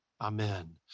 Amen